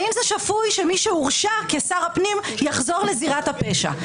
האם זה שפוי שמי שהורשע כשר הפנים יחזור לזירת הפשע?